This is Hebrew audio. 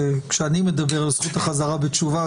כשאני מדבר על זכות החזרה בתשובה,